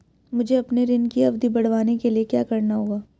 मुझे अपने ऋण की अवधि बढ़वाने के लिए क्या करना होगा?